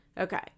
Okay